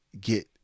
get